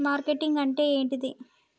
Marketing అంటే ఏంటిది?